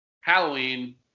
Halloween